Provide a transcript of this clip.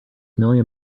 million